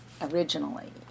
Originally